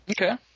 Okay